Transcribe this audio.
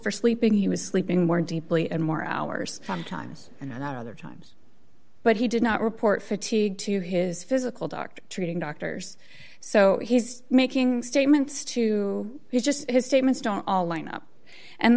for sleeping he was sleeping more deeply and more hours sometimes and other times but he did not report fatigue to his physical doctor treating doctors so he's making statements to just his statements don't all line up and